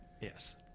Yes